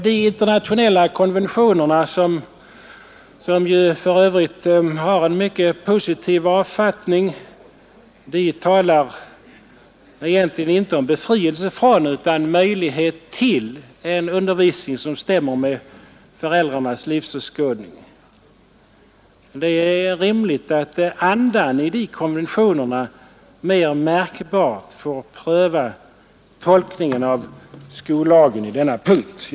De internationella konventionerna, som ju för övrigt har en mycket positiv avfattning, talar egentligen inte om ”befrielse från” utan ”möjlighet till” en undervisning som stämmer överens med föräldrarnas livsåskådning. Det är rimligt att skollagen i denna punkt får tolkas i enlighet med andan i dessa konventioner.